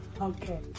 Okay